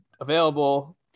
available